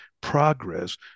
progress